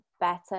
better